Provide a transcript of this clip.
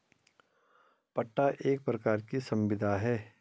पट्टा एक प्रकार की संविदा है